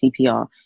CPR